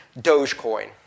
Dogecoin